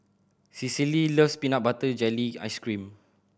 Cicely loves peanut butter jelly ice cream